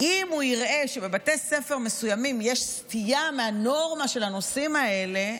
אם הוא יראה שבבתי ספר מסוימים יש סטייה מהנורמה של הנושאים האלה,